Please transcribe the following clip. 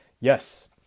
yes